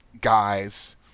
guys